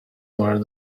were